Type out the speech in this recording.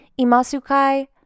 Imasukai